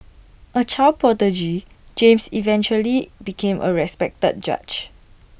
A child prodigy James eventually became A respected judge